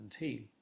2017